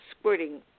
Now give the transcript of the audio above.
squirting